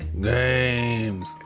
Games